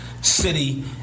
City